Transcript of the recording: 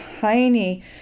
tiny